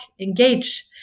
engage